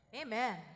Amen